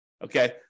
Okay